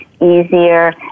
easier